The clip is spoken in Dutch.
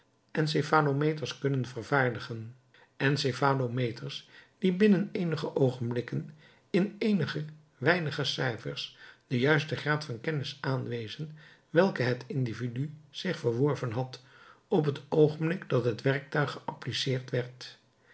zelf registreerende enkephalometers kunnen vervaardigen enkephalometers die binnen eenige oogenblikken in eenige weinige cijfers den juisten graad van kennis aanwezen welke het individu zich verworven had op het oogenblik dat het werktuig geappliceerd werd